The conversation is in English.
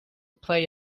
play